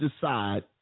decide